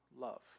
love